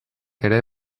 ere